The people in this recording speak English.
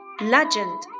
legend